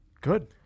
Good